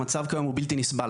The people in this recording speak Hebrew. המצב כיום הוא בלתי נסבל,